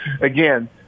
again